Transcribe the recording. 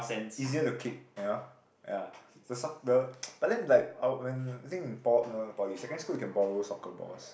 easier to kick you know ya the soc~ the but then like our when I think in po~ no not poly secondary school you can borrow soccer balls